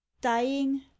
Dying